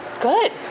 Good